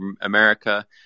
America